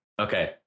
okay